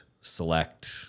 select